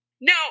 No